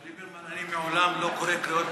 ליברמן, אני לעולם לא קורא קריאות ביניים.